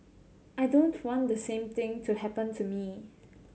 I don't want the same thing to happen to me